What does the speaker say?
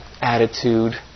attitude